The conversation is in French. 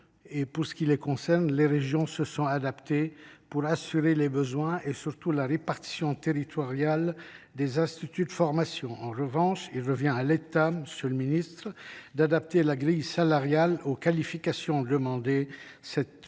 non médicaux, les régions se sont adaptées pour assurer les besoins et la répartition territoriale des instituts de formation. En revanche, il revient à l’État d’adapter la grille salariale aux qualifications demandées.